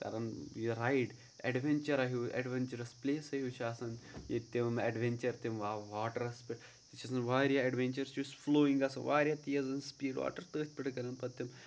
کَران یہِ ride adventure ہیوٗ اٮ۪ڈوٮ۪نچُرَس پٕلیسا ہیوٗ چھِ آسان ییٚتہِ تِم ایٚڈوٮ۪نچَر تِم وا واٹَرَس پٮ۪ٹھ واریاہ ایٚڈوٮ۪نچَر یُس فٕلویِنٛگ آسان واریاہ تیز آسان سٔپیٖڈ واٹَر تٔتھۍ پٮ۪ٹھ کَران پَتہٕ تِم